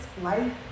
life